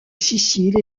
sicile